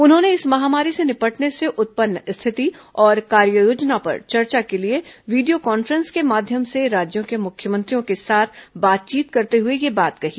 उन्होंने इस महामारी से निपटने से उत्पन्न स्थिति और कार्ययोजना पर चर्चा के लिए वीडियो कांफ्रे ं स के माध्यम से राज्यों के मुख्यमंत्रियों के साथ बातचीत करते हुए ये बात कही